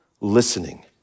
listening